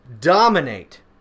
dominate